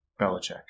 Belichick